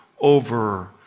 over